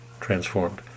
transformed